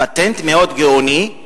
פטנט מאוד גאוני,